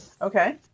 Okay